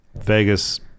Vegas